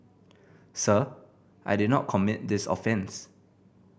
sir I did not commit this offence